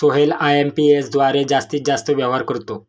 Sohail IMPS द्वारे जास्तीत जास्त व्यवहार करतो